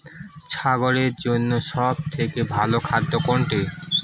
ছাগলের জন্য সব থেকে ভালো খাদ্য কোনটি?